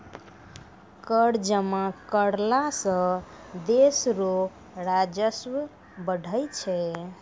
कर जमा करला सं देस रो राजस्व बढ़ै छै